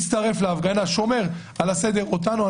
מצטרף להפגנה, שומר על הסדר הציבורי.